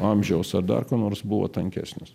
amžiaus ar darbo nors buvo tankesnis